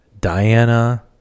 Diana